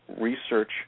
research